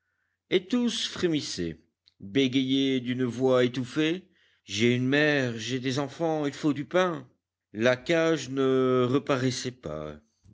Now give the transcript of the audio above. et tous frémissaient bégayaient d'une voix étouffée j'ai une mère j'ai des enfants il faut du pain la cage ne reparaissait pas